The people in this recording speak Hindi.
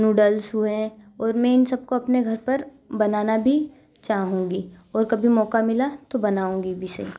नूडल्स हुए और मैं इन सबको अपने घर पर बनाना भी चाहूँगी और कभी मौका मिला तो बनाऊँगी भी इसे